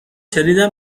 شنیدم